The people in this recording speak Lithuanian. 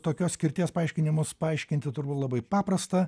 tokios skirties paaiškinimus paaiškinti turbūt labai paprasta